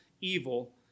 evil